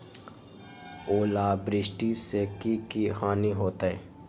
ओलावृष्टि से की की हानि होतै?